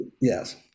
Yes